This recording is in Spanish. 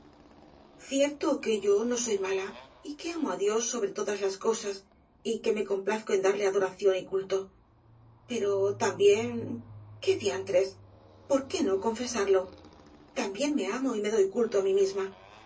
cierto que yo no soy mala y que amo á dios sobre todas las cosas y que me complazco en darle iv adoración y culto pero también qué diantres por qué no confesarlo también me amo y me doy cul to á mí misma